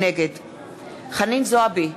נגד חנין זועבי,